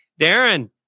Darren